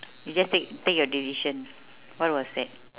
you just take take your decision what was that